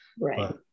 right